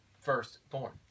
firstborn